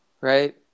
right